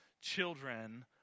Children